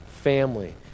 family